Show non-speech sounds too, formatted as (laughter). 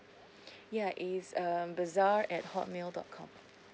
(breath) ya is um bazaar at hotmail dot com